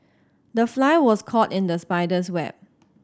the fly was caught in the spider's web